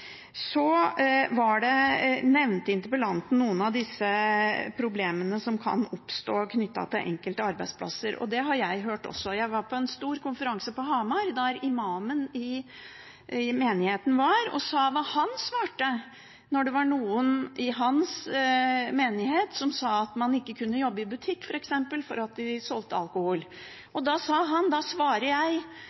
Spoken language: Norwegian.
Så nevnte interpellanten noen av disse problemene som kan oppstå knyttet til enkelte arbeidsplasser. Det har jeg hørt også. Jeg var på en stor konferanse på Hamar, der imamen i menigheten var. Han sa hva han svarte når det var noen i hans menighet som sa at de ikke kunne jobbe i butikk, f.eks., fordi det ble solgt alkohol der. Han sa: Da svarer jeg